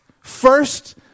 First